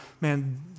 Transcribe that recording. man